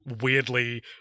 Weirdly